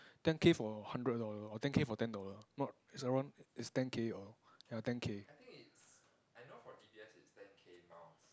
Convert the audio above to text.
ten K for hundred dollar or ten K for ten dollar not is around is ten K or ten K